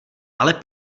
ale